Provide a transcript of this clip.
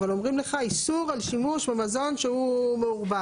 אבל אומרים לך איסור על שימוש במזון שהוא מעורבב,